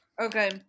Okay